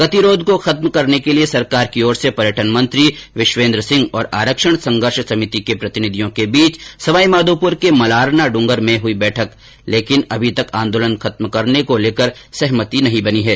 गतिरोध को खत्म करने के लिए सरकार की ओर से पर्यटन मंत्री विश्वेन्द्र सिंह और आरक्षण संघर्ष समिति के प्रतिनिधियों के बीच सवाईमाधोपुर के मलारना डूंगर में बैठक हुई लेकिन अभी तक आंदोलन खत्म करने को लेकर सहमति नहीं बनी है